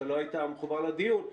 כשאתה לא היית מחובר לדיון.